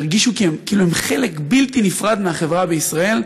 ירגישו כאילו הם חלק בלתי נפרד מהחברה בישראל,